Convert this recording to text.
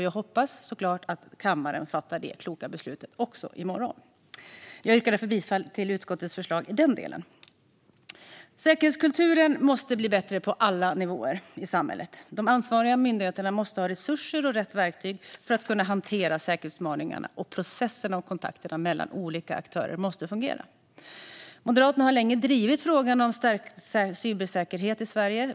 Jag hoppas såklart att kammaren fattar detta kloka beslut i morgon. Jag yrkar därför bifall till utskottets förslag i den delen. Säkerhetskulturen måste bli bättre på alla nivåer i samhället. De ansvariga myndigheterna måste ha resurser och rätt verktyg för att kunna hantera säkerhetsutmaningarna. Processerna och kontakterna mellan olika aktörer måste fungera. Moderaterna har länge drivit frågan om stärkt cybersäkerhet i Sverige.